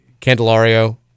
Candelario